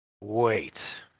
Wait